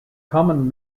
common